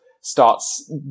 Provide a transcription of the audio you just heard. starts